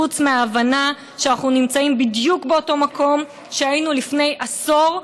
חוץ מההבנה שאנחנו נמצאים בדיוק באותו מקום שהיינו בו לפני עשור,